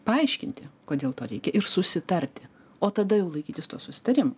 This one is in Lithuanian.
paaiškinti kodėl to reikia ir susitarti o tada jau laikytis tų susitarimų